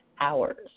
hours